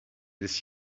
this